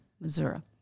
Missouri